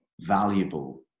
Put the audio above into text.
valuable